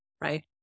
right